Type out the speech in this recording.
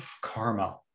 karma